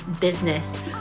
business